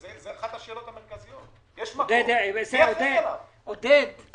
מה נעשה ומה צריך להמשיך לעשות?